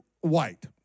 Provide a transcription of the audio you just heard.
white